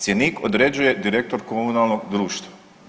Cjenik određuje direktor komunalnog društva.